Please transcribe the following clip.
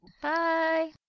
Bye